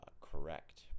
correct